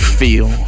feel